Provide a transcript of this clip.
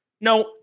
No